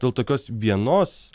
dėl tokios vienos